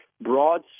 broad